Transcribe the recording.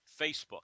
Facebook